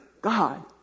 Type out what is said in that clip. God